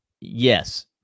Yes